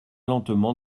lentement